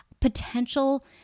potential